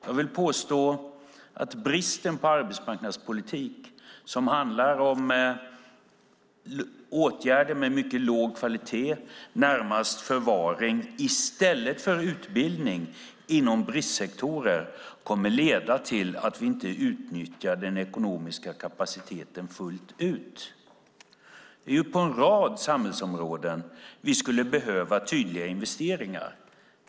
Jag påstår att bristen på arbetsmarknadspolitik, som tar sig uttryck i åtgärder av mycket låg kvalitet, närmast förvaring, i stället för utbildning inom bristsektorer, leder till att vi inte utnyttjar den ekonomiska kapaciteten fullt ut. På en rad samhällsområden skulle vi behöva tydliga investeringar.